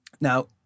Now